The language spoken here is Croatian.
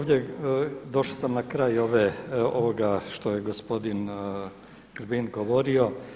Došao sam na kraj ovoga što je gospodin Grbin govorio.